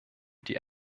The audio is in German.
die